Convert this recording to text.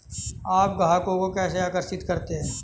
आप ग्राहकों को कैसे आकर्षित करते हैं?